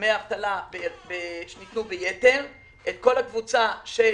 דמי אבטלה שניתנו בייתר את כל הקבוצה של